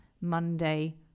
Monday